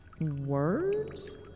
Words